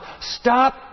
Stop